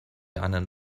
einen